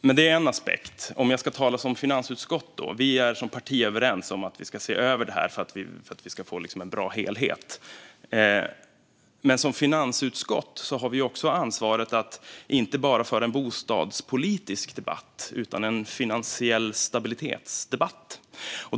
Men det är en aspekt. För att tala för Socialdemokraterna i finansutskottet: Som parti är vi överens om att se över det här för att få en bra helhet. Men som finansutskott har vi också ansvaret att inte bara föra en bostadspolitisk debatt utan också en debatt om finansiell stabilitet.